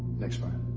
next part.